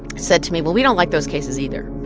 said to me, well, we don't like those cases, either.